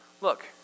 Look